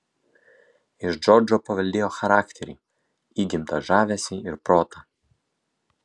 iš džordžo paveldėjo charakterį įgimtą žavesį ir protą